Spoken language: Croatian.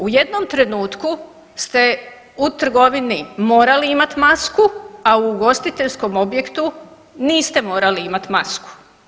U jednom trenutku ste u trgovini morali imati masku, a ugostiteljskom objektu niste morali imati masku.